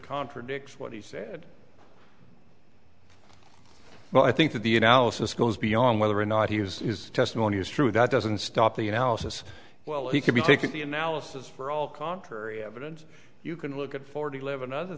contradicts what he said but i think that the analysis goes beyond whether or not he has his testimony is true that doesn't stop the analysis well he could be taking the analysis for all contrary evidence you can look at forty eleven other